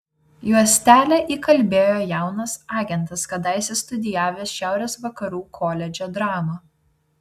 juostelę įkalbėjo jaunas agentas kadaise studijavęs šiaurės vakarų koledže dramą